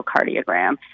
echocardiogram